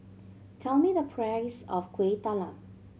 tell me the price of Kueh Talam